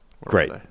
Great